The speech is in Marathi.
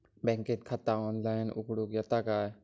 बँकेत खाता ऑनलाइन उघडूक येता काय?